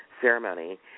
ceremony